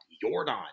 Jordan